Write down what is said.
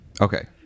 Okay